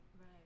Right